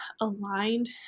aligned